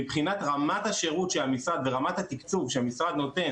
מבחינת רמת השירות ורמת התקצוב שהמשרד נותן